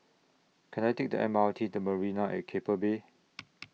Can I Take The M R T to Marina At Keppel Bay